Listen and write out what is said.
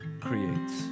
creates